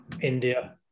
India